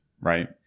right